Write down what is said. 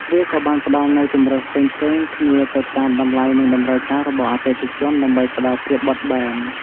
វាក៏បានផ្តល់នូវជម្រើសផ្សេងៗគ្នាទៅតាមតម្លៃនិងតម្រូវការរបស់អតិថិជនដើម្បីផ្តល់ភាពបត់បែន។